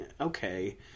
okay